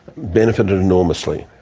benefited enormously.